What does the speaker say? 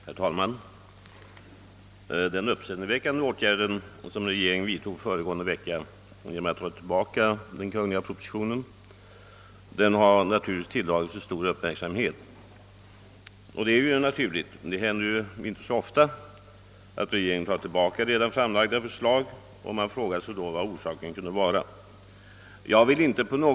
Herr talman! Den uppseendeväckande åtgärd, som regeringen vidtog föregående vecka genom att dra tillbaka Kungl. Maj:ts proposition nr 141, har tilldragit sig stor uppmärksamhet. Detta var helt naturligt. Det händer inte varje dag att regeringen tar tillbaka sina redan framlagda förslag. Vad kunde då orsaken vara till denna åtgärd?